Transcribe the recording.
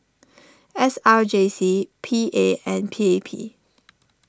S R J C P A and P A P